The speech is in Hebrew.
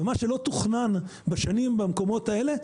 ומה שלא תוכנן בשנים במקומות האלה,